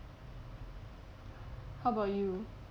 how about you